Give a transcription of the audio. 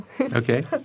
Okay